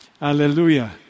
Hallelujah